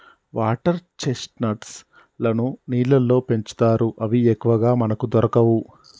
water chestnuts లను నీళ్లల్లో పెంచుతారు అవి ఎక్కువగా మనకు దొరకవు